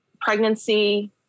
pregnancy